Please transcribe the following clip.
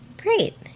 great